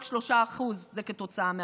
רק 3% זה כתוצאה מהקורונה,